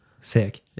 Sick